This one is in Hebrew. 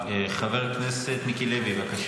תודה